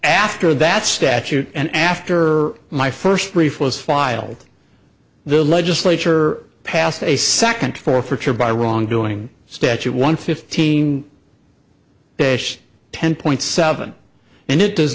after that statute and after my first brief was filed the legislature passed a second forfeiture by wrongdoing statute one fifteen ten point seven and it does